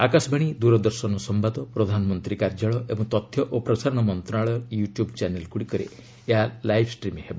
ଆକାଶବାଣୀ ଦୂରଦର୍ଶନ ସମ୍ଭାଦ ପ୍ରଧାନମନ୍ତ୍ରୀ କାର୍ଯ୍ୟାଳୟ ଏବଂ ତଥ୍ୟ ଓ ପ୍ରସାରଣ ମନ୍ତ୍ରଣାଳୟ ୟଟ୍ୟବ୍ ଚ୍ୟାନେଲ୍ଗୁଡ଼ିକରେ ଏହା ଲାଇଭ୍ଷ୍ଟ୍ରିମ୍ ହେବ